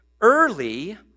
early